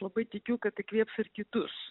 labai tikiu kad įkvėps ir kitus